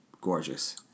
gorgeous